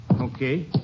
Okay